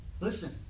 Listen